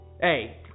hey